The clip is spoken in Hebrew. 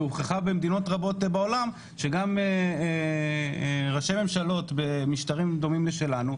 היא הוכחה במדינות רבות בעולם שגם ראשי ממשלות במשטרים דומים לשלנו,